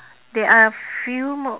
there are a few mo~